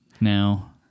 Now